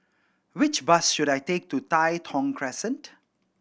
which bus should I take to Tai Thong Crescent